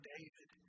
David